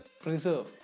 preserve